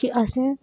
कि असें